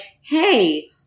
Hey